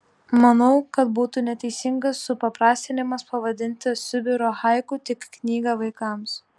manau kad būtų neteisingas supaprastinimas pavadinti sibiro haiku tik knyga vaikams